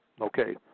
okay